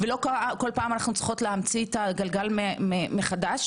ולא כל פעם נצטרך להמציא את הגלגל מחדש.